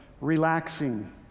relaxing